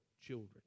children